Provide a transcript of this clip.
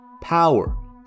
power